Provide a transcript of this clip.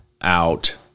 out